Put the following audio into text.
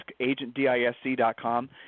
agentdisc.com